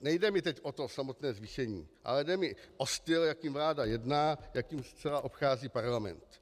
Nejde mi teď o to samotné zvýšení, ale jde mi o styl, jakým vláda jedná, jakým zcela obchází Parlament.